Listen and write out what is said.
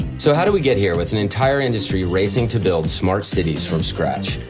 so how did we get here, with an entire industry racing to build smart cities from scratch?